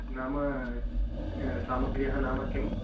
नाम सामग्र्यः नाम काः